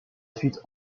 suite